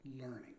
learning